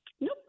nope